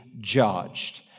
judged